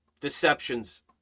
deceptions